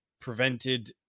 prevented